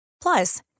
Plus